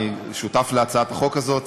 אני שותף להצעת החוק הזאת.